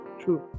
True